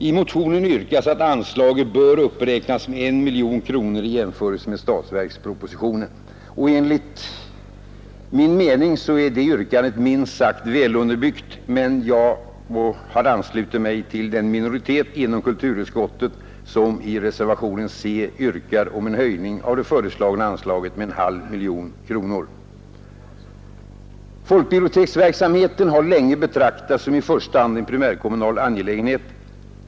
I motionen yrkas att anslaget räknas upp med 1 miljon kronor i jämförelse med statsverkspropositionen. Enligt min mening är det yrkandet minst sagt väl underbyggt, men jag har anslutit mig till den minoritet inom kulturutskottet som i reservationen C yrkar på en höjning av det föreslagna anslaget med en halv miljon kronor. Folkbiblioteksverksamheten har länge betraktats som i första hand en primärkommunal angelägenhet.